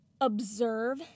observe